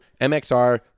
MXR